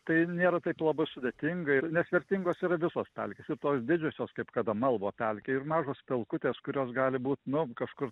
tai nėra taip labai sudėtinga ir nes vertingos yra visos pelkės ir tos didžiosios kaip kad amalvo pelkė ir mažos pelkutės kurios gali būt nu kažkur